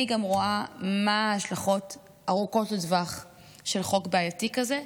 אני גם רואה מה ההשלכות ארוכות הטווח של חוק בעייתי כזה,